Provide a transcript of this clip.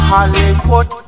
Hollywood